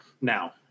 now